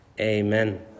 Amen